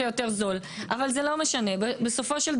מחייב אותך לשים יותר שקיות והפרדות.